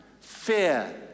fear